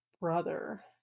brother